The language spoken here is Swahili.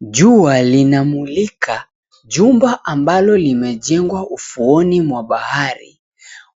Jua linamulika, jumba ambalo limejengwa ufuoni mwa bahari,